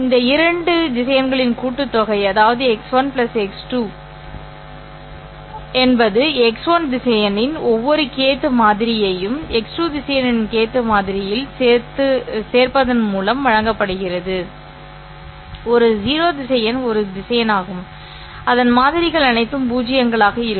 இந்த இரண்டு திசையன்களின் கூட்டுத்தொகை அதாவது ́x1 ́x2 isx1 திசையனின் ஒவ்வொரு kth மாதிரியையும் ́x2 திசையனின் kth மாதிரியில் சேர்ப்பதன் மூலம் வழங்கப்படுகிறது சரி ஒரு 0 திசையன் ஒரு திசையன் ஆகும் அதன் மாதிரிகள் அனைத்தும் பூஜ்ஜியங்களாக இருக்கும்